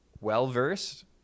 well-versed